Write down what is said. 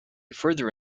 further